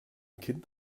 kind